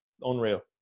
unreal